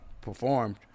performed